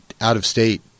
out-of-state